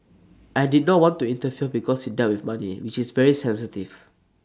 I did not want to interfere because IT dealt with money which is very sensitive